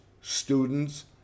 students